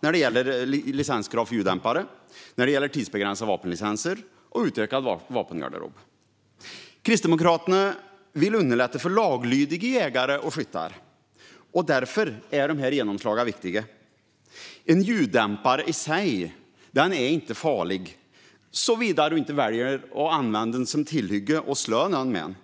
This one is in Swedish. Det gäller bland annat licenskrav för ljuddämpare, tidsbegränsade vapenlicenser och en utökad vapengarderob. Kristdemokraterna vill underlätta för laglydiga jägare och skyttar, och därför är dessa genomslag viktiga. En ljuddämpare är i sig inte farlig, såvida du inte väljer att använda den som tillhygge för att slå någon med.